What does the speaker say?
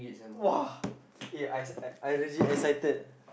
!wah! eh I I legit excited